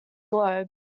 globe